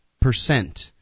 percent